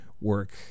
work